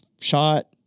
shot